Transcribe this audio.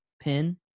pin